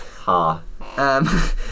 Ha